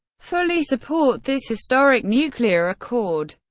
fully support this historic nuclear accord.